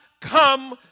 come